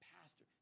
pastor